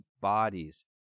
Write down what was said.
bodies